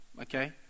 okay